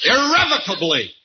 Irrevocably